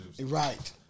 Right